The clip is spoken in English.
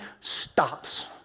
stops